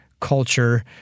culture